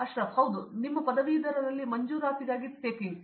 ಅಶ್ರಫ್ ಹೌದು ನಿಮ್ಮ ಪದವೀಧರರಲ್ಲಿ ಮಂಜೂರಾತಿಗಾಗಿ ಟೇಕಿಂಗ್